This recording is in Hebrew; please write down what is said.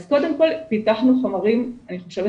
אז קודם כל פיתחנו חומרים אני חושבת